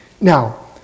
Now